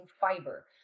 fiber